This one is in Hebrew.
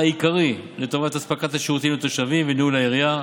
עיקרי לטובת אספקת השירותים לתושבים וניהול העירייה.